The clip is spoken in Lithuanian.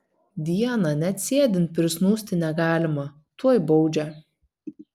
dieną net sėdint prisnūsti negalima tuoj baudžia